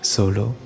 Solo